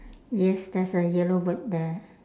yes there's a yellow bird there